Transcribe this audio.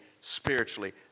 spiritually